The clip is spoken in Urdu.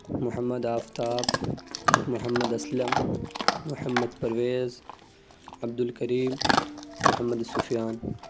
محمد آفتاب محمد اسلم محمد پرویز عبد الکریم محمد سفیان